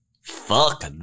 Fuck